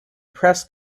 press